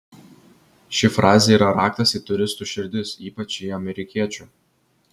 ši frazė yra raktas į turistų širdis ypač į amerikiečių